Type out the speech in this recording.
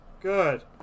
Good